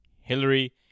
Hillary